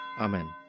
Amen